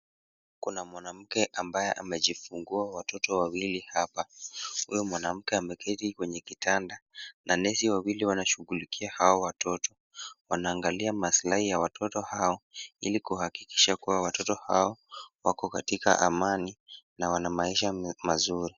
Kuna mwanamke ambaye amejifungua watato wawili hapa, huyo mwanamke ameketi kwenye kitanda na nesi wawili wanashughulikia hao watoto, wanaangalia maslahi ya watoto hao, ili kuhakikisha kuwa watoto hao wako katika amani na wana maisha mazuri.